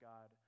God